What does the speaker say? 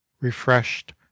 refreshed